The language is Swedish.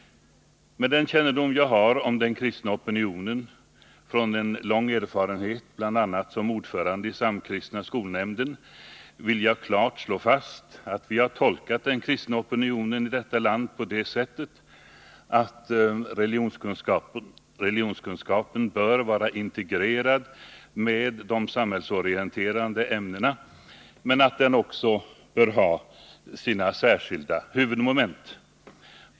Med den kännedom jag har om den kristna opinionen, med en lång erfarenhet bl.a. som ordförande i samkristna skolnämnden, vill jag klart slå fast att vi har tolkat denna opinion på det sättet, att religionskunskapen bör vara integrerad med de samhällsorienterande ämnena men att den också bör ha sina särskilda huvudmoment.